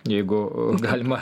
jeigu galima